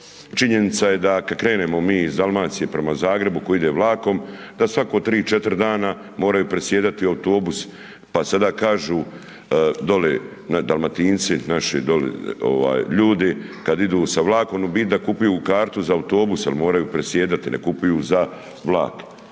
Činjenica je da kada krenemo iz Dalmacije prema Zagrebu tko ide vlakom, da svako 3-4 dana moraju presjedati autobus, pa sad kažu, dole Dalmatinci, naši, dole, ovaj ljudi, kada idu sa vlakom, u biti da kupuju kartu za autobus, jer moraju presjedati, ne kupuju za vlak.